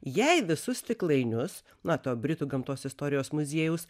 jei visus stiklainius na to britų gamtos istorijos muziejaus